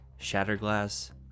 Shatterglass